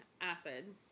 acid